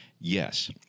Yes